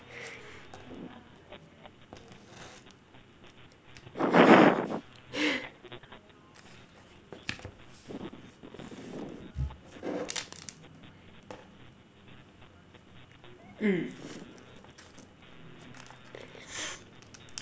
(mm